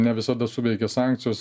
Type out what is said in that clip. ne visada suveikia sankcijos